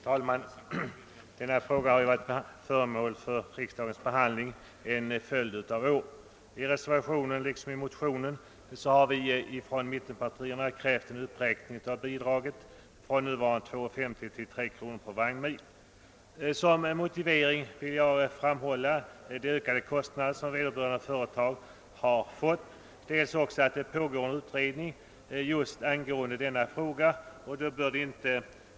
Herr talman! Denna fråga har varit föremål för riksdagens behandling under en följd av år. I reservationen 12 liksom i motionen från mittenpartierna har vi krävt en uppräkning av bidraget från nuvarande 2 kronor 50 öre till 3 kronor per vagnmil. Som motivering för detta vill jag dels framhålla de ökade kostnader som vederbörande företag har fått vidkännas, dels att en utredning angående just denna fråga pågår.